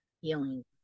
healing